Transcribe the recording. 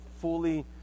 fully